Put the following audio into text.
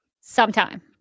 sometime